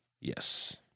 Yes